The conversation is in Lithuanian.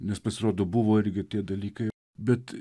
nes pasirodo buvo irgi tie dalykai bet